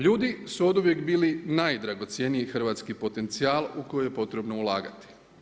Ljudi su oduvijek bili najdragocjeniji hrvatski potencijal u kojeg je potrebno ulagati.